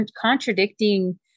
contradicting